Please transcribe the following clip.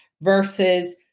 versus